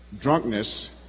drunkenness